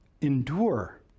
Endure